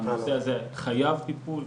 הנושא הזה חייב טיפול,